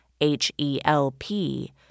H-E-L-P